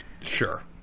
Sure